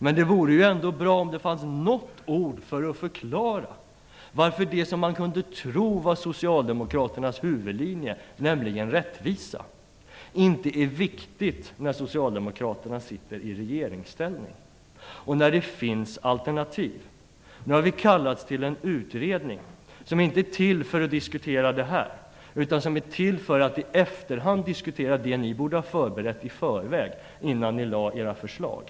Men det vore ändå bra om ni kunde förklara varför inte det som man kunde tro var socialdemokraternas huvudlinje - nämligen rättvisa - inte är viktigt när socialdemokraterna sitter i regeringsställning. Det finns ju alternativ. Nu har vi kallats till en utredning som inte är till för att diskutera detta, utan som är till för att efterhand diskutera det ni borde ha gjort i förväg innan ni lade fram era förslag.